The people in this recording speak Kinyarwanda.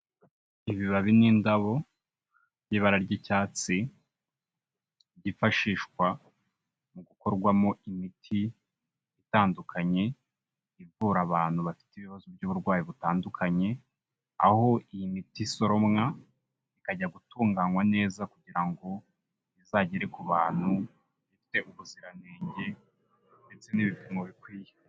Ibibabi n'indabo y'ibara ry'icyatsi byifashishwa mu gukorwamo imiti itandukanye, ivura abantu bafite ibibazo by'uburwayi butandukanye aho iyi miti isoromwa ikajya gutunganywa neza kugira ngo izagere ku bantu ifite ubuziranenge ndetse n'ibipimo bikwiye.